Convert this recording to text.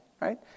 right